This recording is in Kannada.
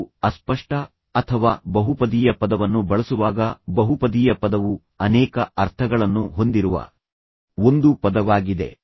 ನೀವು ಅಸ್ಪಷ್ಟ ಅಥವಾ ಬಹುಪದೀಯ ಪದವನ್ನು ಬಳಸುವಾಗ ಬಹುಪದೀಯ ಪದವು ಅನೇಕ ಅರ್ಥಗಳನ್ನು ಹೊಂದಿರುವ ಒಂದು ಪದವಾಗಿದೆ